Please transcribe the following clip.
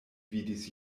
vidis